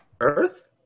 Earth